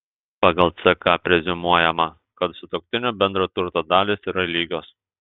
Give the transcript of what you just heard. pagal ck preziumuojama kad sutuoktinių bendro turto dalys yra lygios